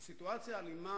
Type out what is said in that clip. היא סיטואציה אלימה,